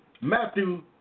Matthew